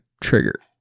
trigger